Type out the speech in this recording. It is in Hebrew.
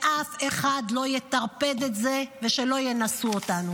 ואף אחד לא יטרפד את זה, ושלא ינסו אותנו.